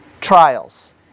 trials